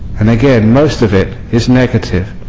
and again most of it is negative,